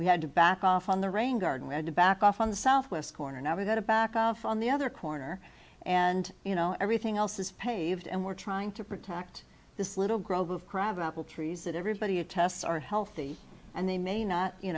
we had to back off on the rain garden we had to back off on the southwest corner now we've got to back off on the other corner and you know everything else is paved and we're trying to protect this little grove of crab apple trees that everybody attests are healthy and they may not you